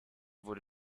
wurde